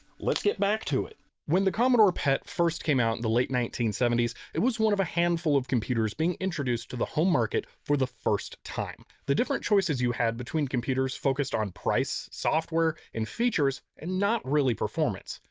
let's get back to it when the commodore pet first came out in the late seventy s it was one of a handful of computers being introduced to the home market for the first time. the different choices you had between computers were focused on price, software, and features and not really performance.